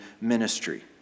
ministry